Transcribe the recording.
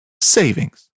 savings